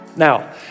Now